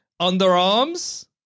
Underarms